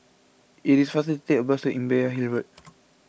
it is faster to take the bus to Imbiah Hill Road